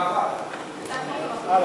דוגמה אחת.